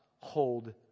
hold